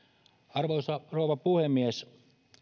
arvoisa rouva puhemies